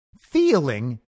feeling